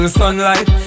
sunlight